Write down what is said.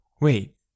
wait